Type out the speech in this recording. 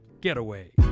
Getaway